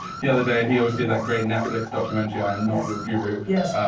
the other day. and he also did that great netflix documentary, i am not your guru. yes. yeah